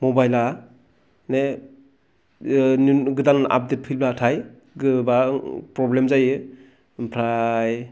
मबाइला बे गोदान आपडेट फैब्लाथाय गोबां प्रब्लेम जायो ओमफ्राय